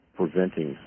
preventing